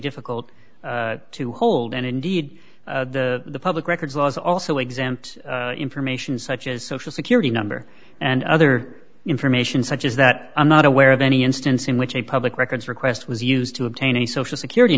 difficult to hold and indeed the public records was also exempt information such as social security number and other information such as that i'm not aware of any instance in which a public records request was used to obtain a social security